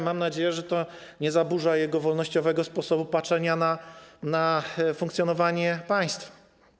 Mam nadzieję, że to nie zaburza jego wolnościowego sposobu patrzenia na funkcjonowanie państwa.